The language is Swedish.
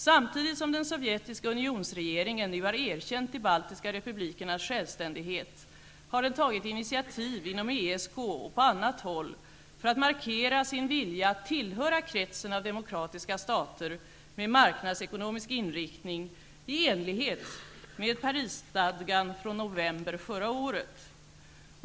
Samtidigt som den sovjetiska unionsregeringen nu har erkänt de baltiska republikernas självständighet har den tagit initiativ inom ESK och på annat håll för att markera sin vilja att tillhöra kretsen av demokratiska stater med marknadsekonomisk inriktning i enlighet med Parisstadgan från november förra året.